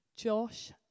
Josh